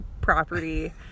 property